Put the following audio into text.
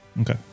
Okay